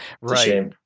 right